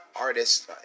artists